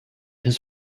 his